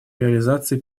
реализации